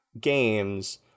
games